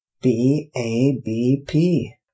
B-A-B-P